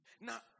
Now